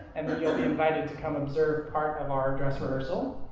and then you'll be invited to come observe part of our dress rehearsal.